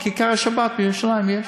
בכיכר-השבת בירושלים יש.